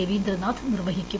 രവീന്ദ്രനാഥ് നിർവഹിക്കും